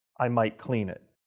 i might clean it.